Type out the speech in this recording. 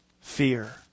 fear